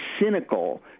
cynical